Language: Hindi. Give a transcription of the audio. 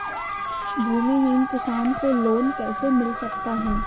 भूमिहीन किसान को लोन कैसे मिल सकता है?